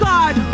God